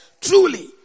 truly